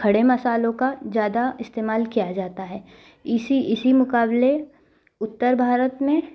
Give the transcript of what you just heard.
खड़े मसाले का ज़्यादा इस्तेमाल किया जाता है इसी इसी मुकाबले उत्तर भारत में